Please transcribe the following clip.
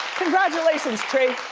congratulations tree.